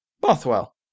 Bothwell